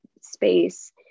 space